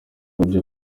byo